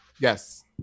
Yes